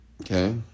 Okay